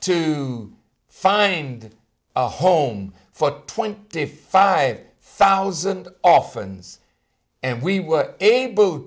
to find a home for twenty five thousand oftens and we were able